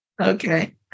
Okay